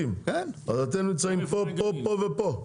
אז אתם נמצאים פה, פה, פה ופה.